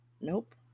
Nope